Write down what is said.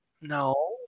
no